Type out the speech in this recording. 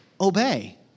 obey